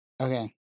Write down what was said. Okay